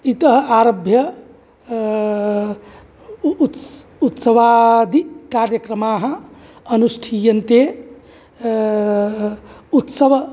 इतः आरभ्य उत्स् उत्सवादिकार्यक्रमाः अनुष्ठीयन्ते उत्सव